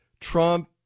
Trump